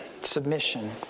submission